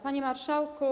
Panie Marszałku!